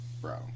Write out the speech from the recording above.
Bro